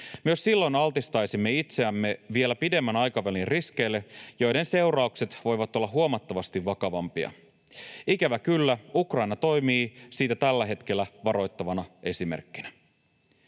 Myös silloin altistaisimme itseämme vielä pidemmän aikavälin riskeille, joiden seuraukset voivat olla huomattavasti vakavampia. Ikävä kyllä Ukraina toimii siitä tällä hetkellä varoittavana esimerkkinä.